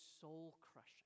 soul-crushing